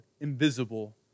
invisible